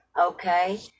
Okay